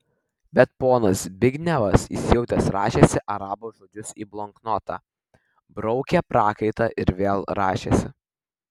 bet ponas zbignevas įsijautęs rašėsi arabo žodžius į bloknotą braukė prakaitą ir vėl rašėsi